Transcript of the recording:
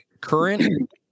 current